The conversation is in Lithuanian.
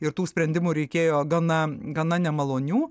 ir tų sprendimų reikėjo gana gana nemalonių